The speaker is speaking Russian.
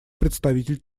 представитель